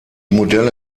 modelle